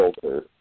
filter